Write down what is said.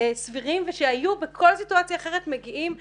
סבירים ושהיו בכל סיטואציה אחרת מגיעים לטיפול.